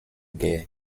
guerre